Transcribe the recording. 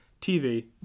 TV